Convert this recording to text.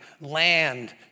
land